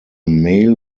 mail